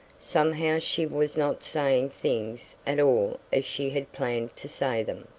somehow she was not saying things at all as she had planned to say them.